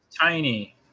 Tiny